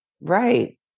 Right